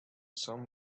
sun